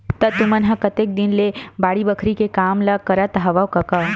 त तुमन ह कतेक दिन ले बाड़ी बखरी के काम ल करत हँव कका?